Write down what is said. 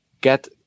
get